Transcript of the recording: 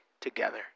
together